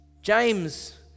James